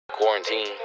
quarantine